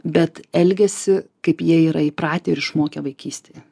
bet elgiasi kaip jie yra įpratę ir išmokę vaikystėj